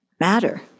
matter